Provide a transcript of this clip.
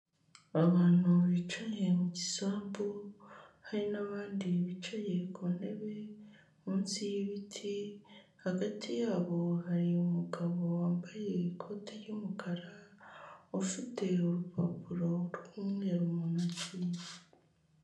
Abantu bicaye mu gisambu hari n'abandi bicaye ku ntebe munsi y'ibiti, hagati yabo hari umugabo wambaye ikoti ry'umukara, ufite urupapuro rw'umweru mu ntoki.